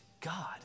God